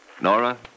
Nora